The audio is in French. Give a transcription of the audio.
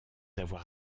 avoir